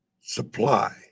supply